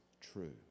true